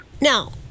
Now